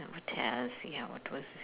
never tell see how it was